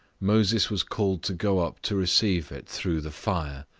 moses was called to go up to receive it through the fire,